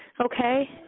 Okay